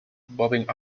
bobbing